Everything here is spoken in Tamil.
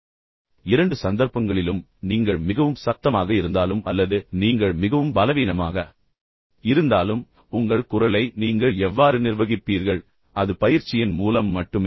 இப்போது இரண்டு சந்தர்ப்பங்களிலும் நீங்கள் மிகவும் சத்தமாக இருந்தாலும் அல்லது நீங்கள் மிகவும் பலவீனமாக இருந்தாலும் உங்கள் குரலை நீங்கள் எவ்வாறு நிர்வகிப்பீர்கள் அது பயிற்சியின் மூலம் மட்டுமே